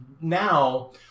now